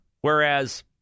whereas